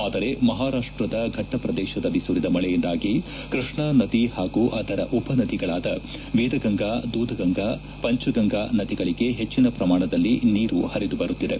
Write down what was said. ಆದರೆ ಮಹಾರಾಷ್ಷದ ಫಟ್ಟ ಪ್ರದೇತದಲ್ಲಿ ಸುರಿದ ಮಳೆಯಿಂದಾಗಿ ಕೃಷ್ಣಾನದಿ ಹಾಗೂ ಅದರ ಉಪ ನದಿಗಳಾದ ವೇದಗಂಗಾ ದೂಧಗಂಗಾ ಪಂಚಗಂಗಾ ನದಿಗಳಿಗೆ ಹೆಚ್ಚನ ಪ್ರಮಾಣದಲ್ಲಿ ನೀರು ಪರಿದುಬರುತ್ತಿದೆ